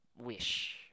wish